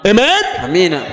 Amen